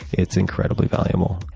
it's incredibly valuable.